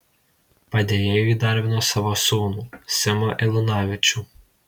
padėjėju įdarbino savo sūnų simą eilunavičių